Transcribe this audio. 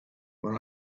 when